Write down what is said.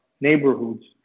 neighborhoods